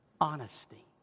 Honesty